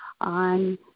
on